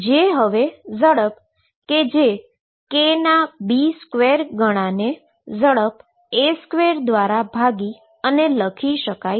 જે હવે ઝડપ કે જે k ના B2 ગણા ને ઝડપ A2 દ્વારા ભાગી અને લખી શકાય છે